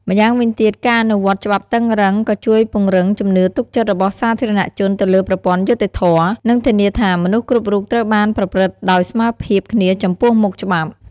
ម្យ៉ាងវិញទៀត ការអនុវត្តច្បាប់តឹងរ៉ឹងក៏ជួយពង្រឹងជំនឿទុកចិត្តរបស់សាធារណជនទៅលើប្រព័ន្ធយុត្តិធម៌ និងធានាថាមនុស្សគ្រប់រូបត្រូវបានប្រព្រឹត្តដោយស្មើភាពគ្នាចំពោះមុខច្បាប់។